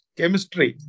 chemistry